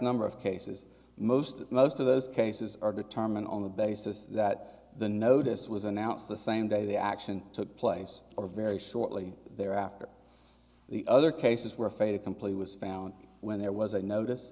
number of cases most most of those cases are determined on the basis that the notice was announced the same day the action took place or very shortly there after the other cases where a fait accompli was found when there was a notice